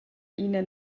ina